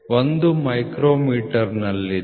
i ಮೈಕ್ರೊಮೀಟರ್ನಲ್ಲಿದೆ